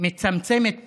מצמצמת פערים,